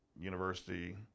university